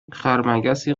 خرمگسی